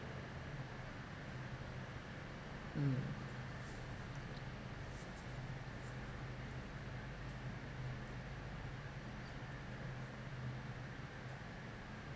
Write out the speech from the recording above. mm